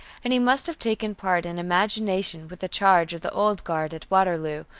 and he must have taken part in imagination with the charge of the old guard at waterloo,